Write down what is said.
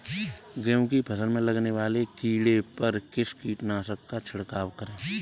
गेहूँ की फसल में लगने वाले कीड़े पर किस कीटनाशक का छिड़काव करें?